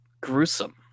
gruesome